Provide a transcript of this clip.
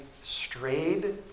strayed